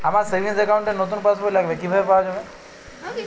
আমার savings account র নতুন পাসবই লাগবে, কিভাবে পাওয়া যাবে?